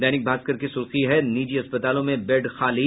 दैनिक भास्कर की सुर्खी है निजी अस्पतालों में बेड खाली